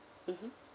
mmhmm